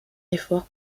effort